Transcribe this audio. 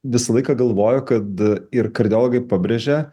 visą laiką galvoju kad ir kardiologai pabrėžia